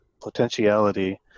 potentiality